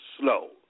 slow